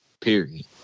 period